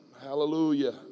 Hallelujah